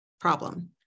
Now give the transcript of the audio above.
problem